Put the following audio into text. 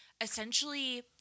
essentially